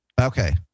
Okay